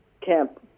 Camp